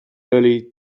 early